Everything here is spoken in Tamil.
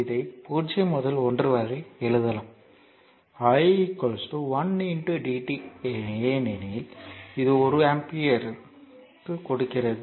இதை 0 முதல் 1 வரை எழுதலாம் i 1 dt ஏனெனில் இது ஒரு ஆம்பியரைக் கொடுக்கிறது